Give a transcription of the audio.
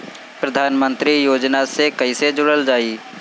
प्रधानमंत्री योजना से कैसे जुड़ल जाइ?